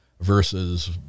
versus